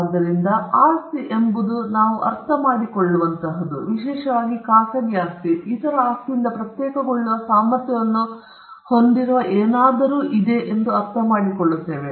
ಆದ್ದರಿಂದ ಆಸ್ತಿ ಎಂಬುದು ನಾವು ಅರ್ಥಮಾಡಿಕೊಳ್ಳುವಂತಹದ್ದು ವಿಶೇಷವಾಗಿ ಖಾಸಗಿ ಆಸ್ತಿ ಇತರ ಆಸ್ತಿಯಿಂದ ಪ್ರತ್ಯೇಕಗೊಳ್ಳುವ ಸಾಮರ್ಥ್ಯವನ್ನು ಹೊಂದಿರುವ ಏನಾದರೂ ಎಂದು ನಾವು ಅರ್ಥಮಾಡಿಕೊಳ್ಳುತ್ತೇವೆ